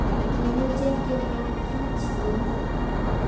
बिचन के नाम की छिये?